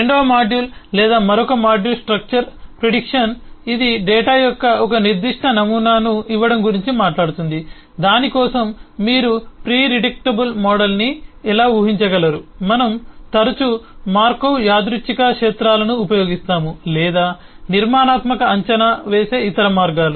రెండవ మాడ్యూల్ లేదా మరొక మాడ్యూల్ స్ట్రక్చర్డ్ ప్రిడిక్షన్ ఇది డేటా యొక్క ఒక నిర్దిష్ట నమూనాను ఇవ్వడం గురించి మాట్లాడుతుంది దాని కోసం మీరు ప్రీరిడిక్టబుల్ మోడల్ను ఎలా ఉహించగలరు మనం తరచూ మార్కోవ్ యాదృచ్ఛిక క్షేత్రాలను ఉపయోగిస్తాము లేదా నిర్మాణాత్మక అంచనా వేసే ఇతర మార్గాలు